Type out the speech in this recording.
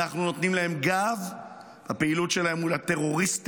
אנחנו נותנים להם גב בפעילות שלהם מול הטרוריסטים